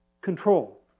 Control